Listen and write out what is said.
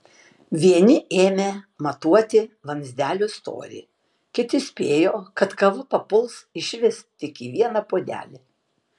vieni ėmė matuoti vamzdelių storį kiti spėjo kad kava papuls išvis tik į vieną puodelį